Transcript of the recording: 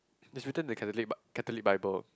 is written in the Catholic Bi~ Catholic Bible